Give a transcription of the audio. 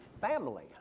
family